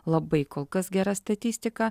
labai kol kas gera statistika